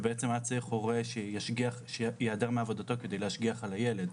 ובעצם היה צריך הורה שייעדר מעבודתו כדי להשגיח על הילד.